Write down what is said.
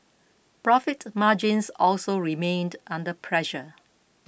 profit margins also remained under pressure